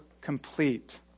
complete